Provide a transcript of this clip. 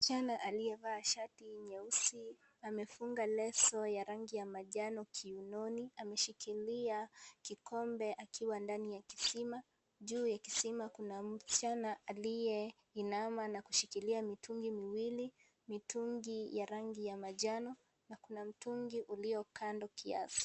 Msichana aliyevaa shati nyeusi, na amefunga leso ya rangi ya manjano kiunoni ameshikilia kikombe akiwa ndani ya kisima. Juu ya kisima kuna msichana aliyeinama na kushikilia mitungi miwili, mitungi ya rangi ya manjano, na kuna mtungi ulio kando kiasi.